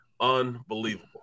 Unbelievable